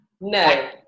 no